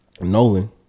Nolan